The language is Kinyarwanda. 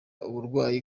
uburwayi